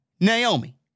Naomi